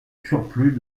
surplus